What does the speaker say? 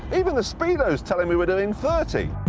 even the speedo's telling me we're doing thirty.